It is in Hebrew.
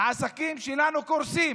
העסקים שלנו קורסים